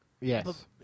Yes